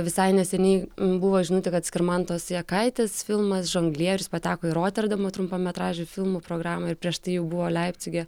visai neseniai buvo žinutė kad skirmantos jakaitės filmas žonglierius pateko į roterdamo trumpametražių filmų programą ir prieš tai jau buvo leipcige